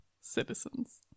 citizens